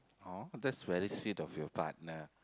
oh that's very sweet of your partner